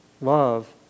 love